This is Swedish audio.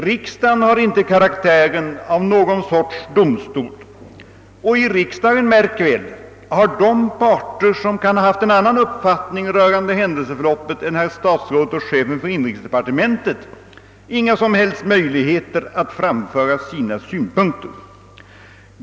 Riksdagen har inte karaktären av någon sorts domstol. Och — märk väl — i riksdagen har de parter, som kan ha haft en annan uppfattning rörande händelseförloppet än herr statsrådet och chefen för inrikesdepartementet, inga som helst möjligheter att framföra sina synpunkter.